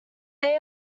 they